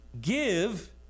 Give